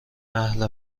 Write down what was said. اهل